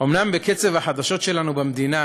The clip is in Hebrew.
אומנם בקצב החדשות שלנו במדינה